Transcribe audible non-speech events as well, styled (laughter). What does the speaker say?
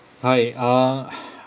hi uh (breath)